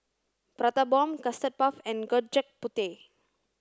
prata bomb custard puff and Gudeg Putih